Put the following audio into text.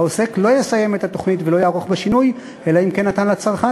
העוסק לא יסיים את התוכנית ולא יערוך בה שינוי אלא אם כן נתן לצרכן,